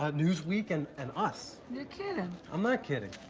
ah newsweek and and us. you're kidding. i'm not kidding.